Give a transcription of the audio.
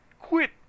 Quit